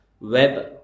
Web